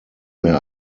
mehr